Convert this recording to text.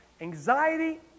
Anxiety